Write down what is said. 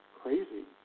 crazy